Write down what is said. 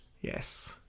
Yes